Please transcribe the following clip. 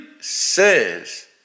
says